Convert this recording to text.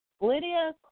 Lydia